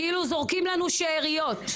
כאילו זורקים לנו שאריות,